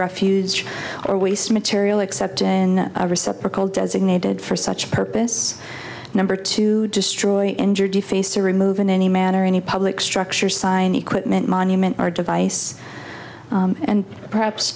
refuse or waste material except in a reciprocal designated for such purpose number to destroy the injured you face or remove in any manner any public structure sign equipment monument or device and perhaps